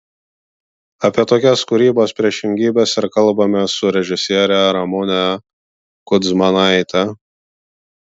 apie tokias kūrybos priešingybes ir kalbamės su režisiere ramune kudzmanaite